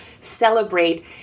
celebrate